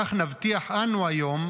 כך נבטיח אנו היום,